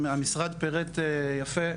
המשרד פירט יפה,